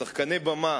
שחקני במה,